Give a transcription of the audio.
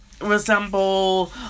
resemble